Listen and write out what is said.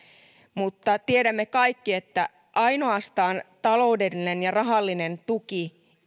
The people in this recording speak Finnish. mutta tiedämme kaikki että ainoastaan taloudellinen ja rahallinen tuki